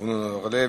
זבולון אורלב,